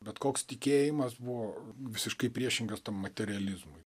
bet koks tikėjimas buvo visiškai priešingas tam materializmui